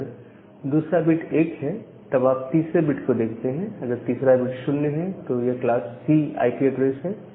अगर दूसरा बिट 1 है तब आप तीसरे बिट को देखते हैं अगर तीसरा बिट 0 है तो यह क्लास C आईपी एड्रेस है